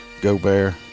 Gobert